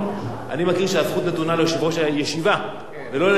אני מכיר שהזכות נתונה ליושב-ראש הישיבה ולא ליושב-ראש הכנסת,